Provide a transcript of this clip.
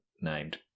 named